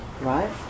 right